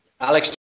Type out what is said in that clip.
Alex